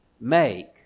make